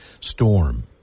storm